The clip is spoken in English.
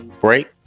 break